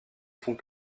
font